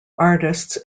artists